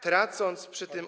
tracąc przy tym.